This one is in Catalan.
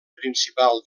principal